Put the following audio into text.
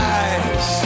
eyes